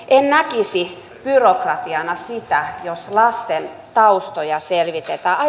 en näkisi byrokratiana sitä jos lasten taustoja selvitetään